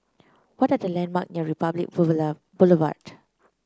what are the landmark near Republic Boulevard